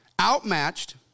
outmatched